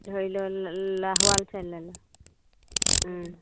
ধৰি লও ল লাহোৱাল চাইডে ল